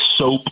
soap